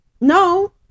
no